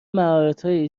مهارتهایی